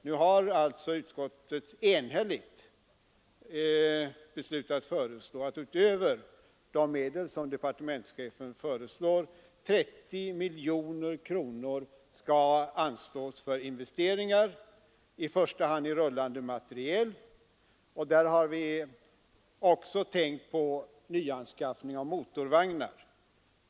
Nu har alltså utskottet enhälligt beslutat föreslå att, utöver de medel som departementschefen anvisar, 30 miljoner kronor skall anslås för investeringar, i första hand i rullande materiel. Därvid har vi bl.a. tänkt på nyanskaffning av motorvagnar.